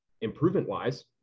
improvement-wise